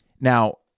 Now